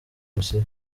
misiyo